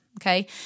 Okay